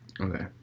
Okay